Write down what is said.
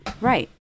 Right